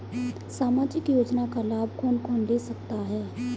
सामाजिक योजना का लाभ कौन कौन ले सकता है?